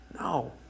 No